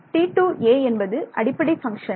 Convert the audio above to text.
T2a என்பது அடிப்படை function